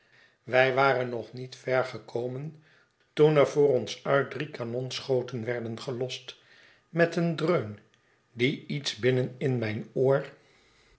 wij waren nog niet ver gekomen toen er voor one uit drie kanonschoten werden gelost met een dreun die lets binnen in mijn oor